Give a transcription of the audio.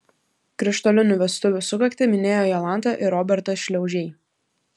krištolinių vestuvių sukaktį minėjo jolanta ir robertas šliaužiai